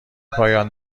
پایان